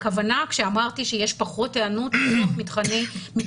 כשאמרתי שיש פחות היענות בתוך מתחמי